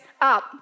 up